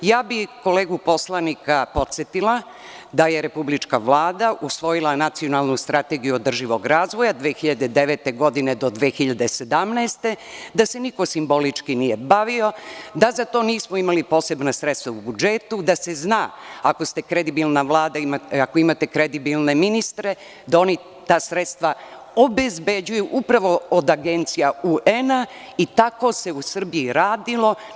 Podsetila bih kolegu poslanika da je Republička Vlada usvojila Nacionalnu strategiju održivog razvoja od 2009-2017. godine, da se niko simbolično nije bavio, da za to nismo imali posebna sredstva u budžetu, da se zna ako ste kredibilna Vlada, ako imate kredibilne ministre, da oni ta sredstva obezbeđuju upravo od agencija UN i tako se u Srbiji radilo.